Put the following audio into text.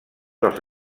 dels